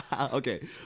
Okay